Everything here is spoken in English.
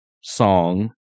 song